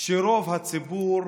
שרוב הציבור